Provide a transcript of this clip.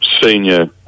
senior